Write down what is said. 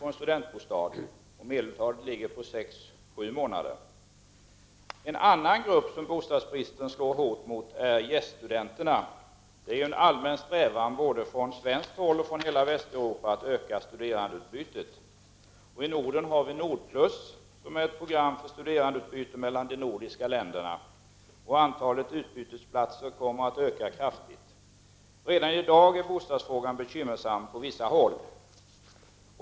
I medeltal är väntetiden 6-7 månader. En annan grupp som bostadsbristen slår hårt mot är gäststudenterna. Det är en allmän strävan, både från svenskt och från västeuropeiskt håll, att öka studerandeutbytet. I Norden har vi Nordplus, som är ett program för studerandeutbyte mellan de nordiska länderna. Antalet utbytesplatser kommer att öka kraftigt. Redan i dag är bostadsfrågan bekymmersam på vissa håll.